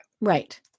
Right